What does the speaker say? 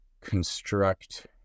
construct